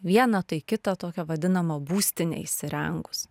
vieną tai kitą tokią vadinamą būstinę įsirengus